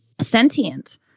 sentient